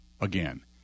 again